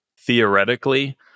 theoretically